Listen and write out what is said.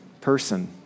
person